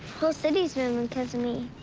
whole cities move because of me.